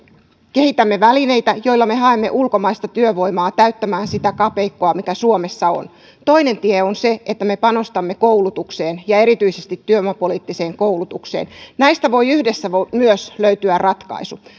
kehitämme välineitä joilla me haemme ulkomaista työvoimaa täyttämään sitä kapeikkoa mikä suomessa on toinen tie on se että me panostamme koulutukseen ja erityisesti työvoimapoliittiseen koulutukseen näistä voi yhdessä myös löytyä ratkaisu